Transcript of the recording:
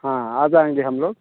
हाँ आ जाएँगे हम लोग